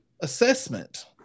assessment